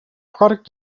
product